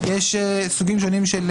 יש סוגים שונים של